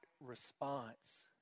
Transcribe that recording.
response